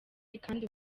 kandi